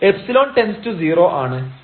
ഇവിടെ ϵ→0 ആണ്